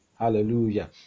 hallelujah